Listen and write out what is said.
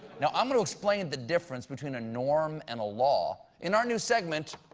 you know i'm going to explain the difference between a norm and a law in our new segment,